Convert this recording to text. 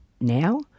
now